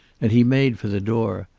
and he made for the door.